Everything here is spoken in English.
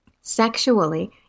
sexually